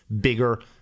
bigger